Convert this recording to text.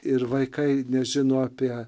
ir vaikai nežino apie